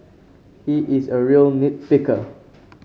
he is a real nit picker